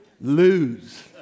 lose